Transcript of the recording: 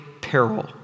peril